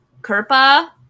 Kirpa